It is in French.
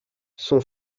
son